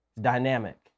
dynamic